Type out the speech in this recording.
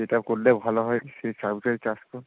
যেটা করলে ভালো হয় সেই শাকটাই চাষ কর